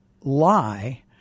lie